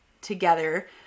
together